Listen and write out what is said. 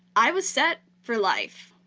i was set for life.